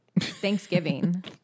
Thanksgiving